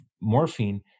morphine